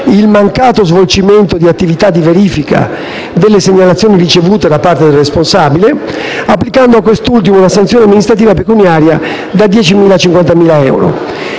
il mancato svolgimento di attività di verifica delle segnalazioni ricevute da parte del responsabile, applicando a quest'ultimo una sanzione amministrativa pecuniaria da 10.000 a 50.000 euro.